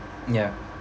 ya